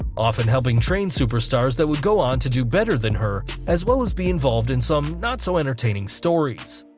um often helping train superstars that would go on to do better than her as well as be involved in some not so entertaining stories.